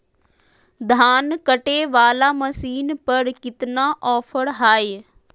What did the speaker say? धान कटे बाला मसीन पर कितना ऑफर हाय?